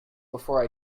before